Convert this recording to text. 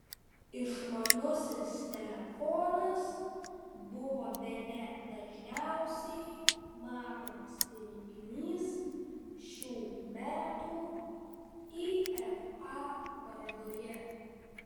išmanusis telefonas buvo bene dažniausiai matomas įrenginys šių metų ifa parodoje